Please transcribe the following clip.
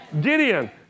Gideon